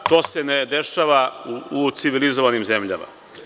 To se ne dešava u civilizovanim zemljama.